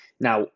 Now